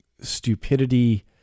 stupidity